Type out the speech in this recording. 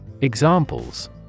Examples